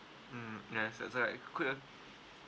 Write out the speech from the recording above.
mm yes that's correct could uh